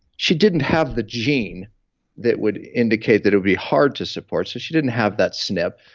she didn't have the gene that would indicate that it would be hard to support, so she didn't have that snp,